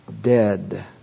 dead